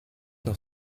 noch